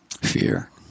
Fear